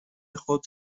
خود